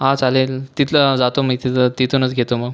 हां चालेल तिथलं जातो मी तिथं तिथूनच घेतो मग